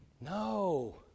No